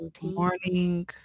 morning